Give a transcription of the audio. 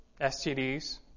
STDs